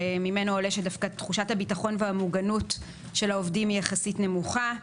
וממנו עולה שדווקא תחושת הביטחון והמוגנות של העובדים היא יחסית נמוכה,